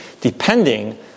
depending